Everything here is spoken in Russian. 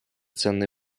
ценный